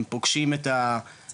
הם פוגשים את הצוותים,